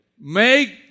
make